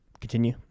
continue